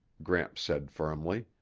gramps said firmly.